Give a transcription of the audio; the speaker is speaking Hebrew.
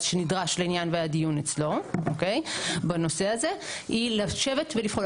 שנדרש לעניין והיה דיון אצלו בנושא הזה היא לשבת ולפעול,